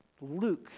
Luke